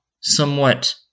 somewhat